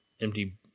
empty